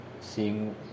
seeing